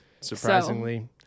Surprisingly